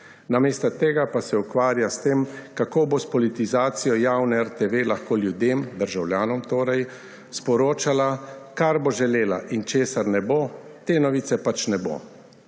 Namesto tega pa se ukvarja s tem, kako bo s politizacijo javne RTV lahko ljudem, državljanom torej, sporočala, kar bo želela, česar ne bo želela, te novice pač ne bo.